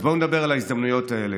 אז בואו נדבר על ההזדמנויות האלה.